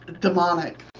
demonic